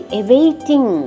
awaiting